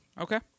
Okay